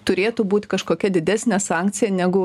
turėtų būti kažkokia didesnė sankcija negu